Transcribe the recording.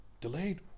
Delayed